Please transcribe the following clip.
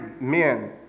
men